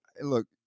look